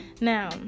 Now